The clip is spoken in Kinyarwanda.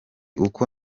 uko